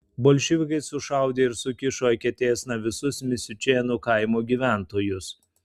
bolševikai sušaudė ir sukišo eketėsna visus misiučėnų kaimo gyventojus